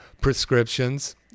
prescriptions